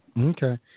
Okay